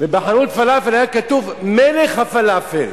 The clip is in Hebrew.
ובחנות הפלאפל היה כתוב: "מלך הפלאפל".